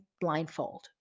blindfold